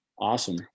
awesome